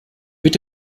mit